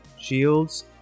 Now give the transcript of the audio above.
shields